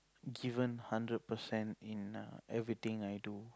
given hundred percent in err everything I do